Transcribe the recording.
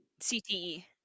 cte